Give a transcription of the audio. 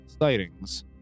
sightings